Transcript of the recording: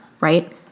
right